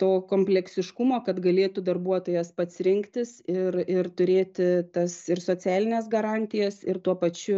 to kompleksiškumo kad galėtų darbuotojas pats rinktis ir ir turėti tas ir socialines garantijas ir tuo pačiu